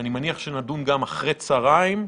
אני מניח שנדון גם אחר צוהריים.